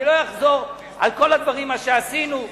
לא אחזור על כל הדברים שעשינו,